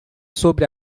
sobre